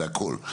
זה הכל.